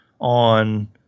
on